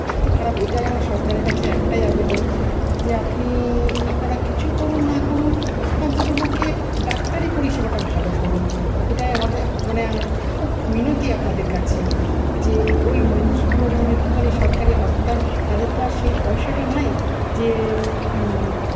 এত্ত খারাপ এটাই আমার সরকারের কাছে একটাই আবেদন যে আপনি আপনারা কিছু করুন না করুন অন্ততপক্ষে ডাক্তারি পরিষেবাটা ভালো করুন এটাই আমাদের মানে খুব মিনতি আপনাদের কাছে যে ওই মানুষগুলো যেনো একটুখানি সরকারি হসপিটাল তাদের তো আর সেই পয়সাটা নাই যে